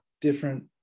different